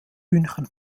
hühnchen